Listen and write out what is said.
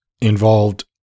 involved